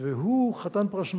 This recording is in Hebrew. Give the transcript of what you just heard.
והוא חתן פרס נובל,